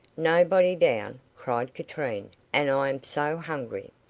nobody down, cried katrine, and i am so hungry.